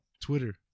Twitter